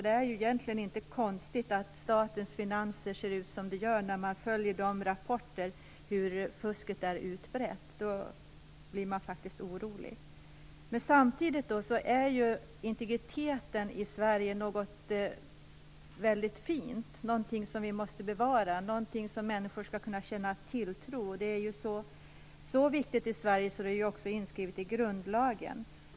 Det är inte konstigt att statens finanser ser ut som de gör; man kan ju läsa i rapporter om hur utbrett fusket är. Då blir man faktiskt orolig. Men samtidigt är integriteten i Sverige något fint, som vi måste bevara och som människor skall kunna känna tilltro till.